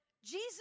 Jesus